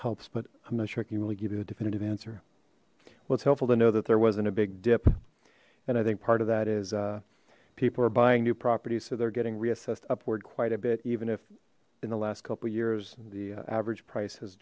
helps but i'm not sure i can really give you a definitive answer well it's helpful to know that there wasn't a big dip and i think part of that is people are buying new properties so they're getting reassessed upward quite a bit even if in the last couple years the average price has